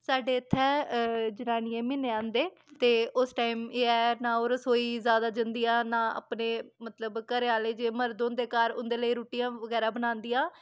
साढ़ै इत्थे जनानियें दे म्हीने आंदे उस टाइम एह् ऐ ना ओह् रसोई ज्यादा जंदियां ना अपने मतलब घरैआह्ले जेह्ड़े मर्द होंदे घर उंदे लेई रुट्टियां बगैरा बनांदियां